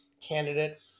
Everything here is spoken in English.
candidate